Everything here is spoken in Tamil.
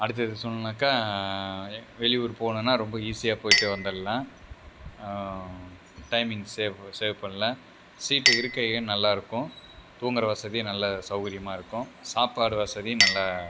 அடுத்தது சொல்ணும்னாக்கா வெளியூர் போகணுன்னா ரொம்ப ஈஸியாக போய்ட்டு வந்துடலாம் டைமிங் சேவ் சேவ் பண்ணலாம் சீட்டு இருக்கையும் நல்லா இருக்கும் தூங்குகிற வசதியும் நல்ல சௌகரியமாக இருக்கும் சாப்பாடு வசதி நல்லா